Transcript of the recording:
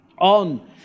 on